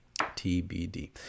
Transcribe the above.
TBD